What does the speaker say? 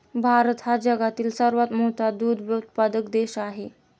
भारत हा जगातील सर्वात मोठा दूध उत्पादक देश आहे